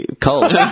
cold